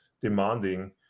demanding